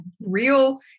real